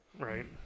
right